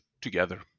together